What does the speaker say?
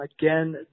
again